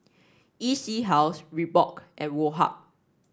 E C House Reebok and Woh Hup